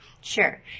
Sure